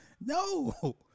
No